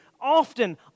often